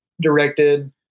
directed